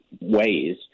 ways